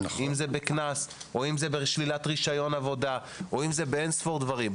אם זה בקנס או אם זה בשלילת רישיון עבודה או אם זה באין-ספור דברים.